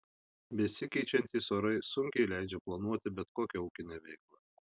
besikeičiantys orai sunkiai leidžia planuoti bet kokią ūkinę veiklą